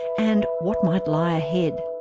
and what might lie ahead.